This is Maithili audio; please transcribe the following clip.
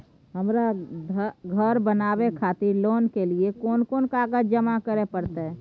हमरा धर बनावे खातिर लोन के लिए कोन कौन कागज जमा करे परतै?